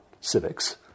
civics